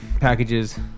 packages